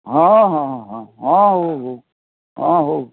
ହଁ ହଁ ହଁ ହଁ ହଉ ହଉ ହଁ ହଉ